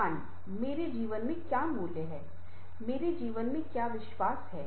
मान मेरे जीवन में क्या मूल्य है मेरे जीवन में क्या विश्वास है